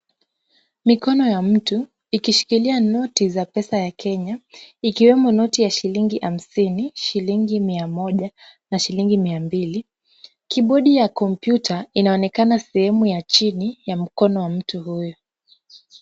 Mikono ya mtu ikishikilia noti za pesa ya Kenya ikiwemo noti ya shillingi hamsini, shillingi mia moja na shillingi mia mbili. Kibodi ya kompyuta inaonekana sehemu ya chini ya mkono wa mtu huyu.